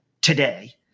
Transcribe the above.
today